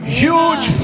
huge